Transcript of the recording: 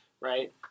right